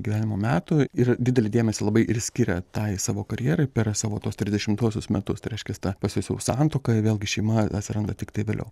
gyvenimo metų ir didelį dėmesį labai ir skiria tai savo karjerai per savo tuos trisdešimtuosius metus tai reiškias ta pas juos jau santuoka vėlgi šeima atsiranda tiktai vėliau